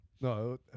no